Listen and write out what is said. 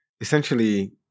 essentially